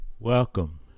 Welcome